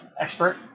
expert